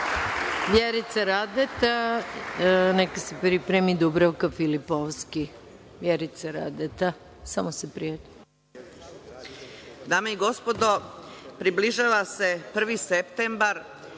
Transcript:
Vjerica Radeta, a neka se pripremi Dubravka Filipovski. **Vjerica Radeta** Dame i